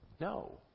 no